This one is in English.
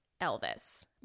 Elvis